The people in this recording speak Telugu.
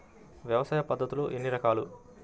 వ్యవసాయ పద్ధతులు ఎన్ని రకాలు?